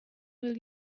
will